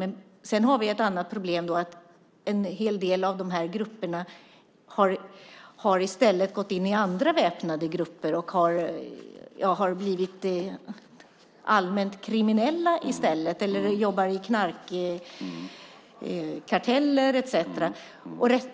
Men sedan har vi ett annat problem; att en hel del av de här grupperna i stället har gått in i andra väpnade grupper. De har blivit allmänt kriminella i stället, eller jobbar i knarkkarteller och så vidare.